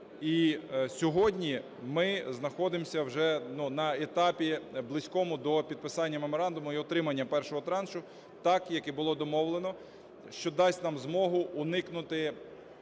І сьогодні ми знаходимося вже на етапі близькому до підписання меморандуму і отримання першого траншу, так, як і було домовлено, що дасть нам змогу уникнути